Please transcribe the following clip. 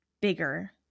bigger